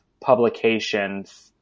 publications